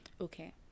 Okay